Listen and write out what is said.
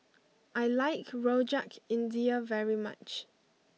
I like Rojak India very much